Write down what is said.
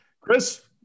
Chris